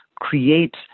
create